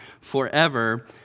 forever